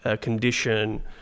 condition